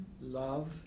love